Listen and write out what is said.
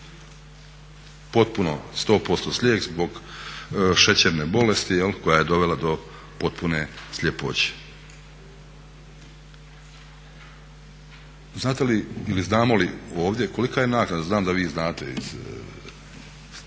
potpuno 100% slijep zbog šećerne bolesti koja je dovela do potpune sljepoće. Znate li, ili znamo li ovdje kolika je naknada? Znam da vi znate iz